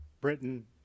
Britain